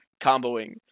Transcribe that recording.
comboing